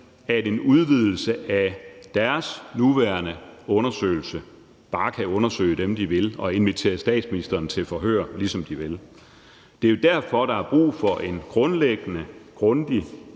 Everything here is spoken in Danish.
i en udvidelse af deres nuværende undersøgelse bare kan undersøge dem, man vil, og invitere statsministeren til forhør, som man vil. Det er jo derfor, der er brug for en grundlæggende og grundig